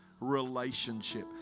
relationship